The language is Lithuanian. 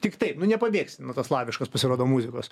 tik taip nu nepabėgsi nuo to slaviškos pasirodo muzikos